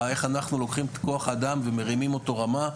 איך אנחנו לוקחים את כוח האדם ומרימים אותו רמה,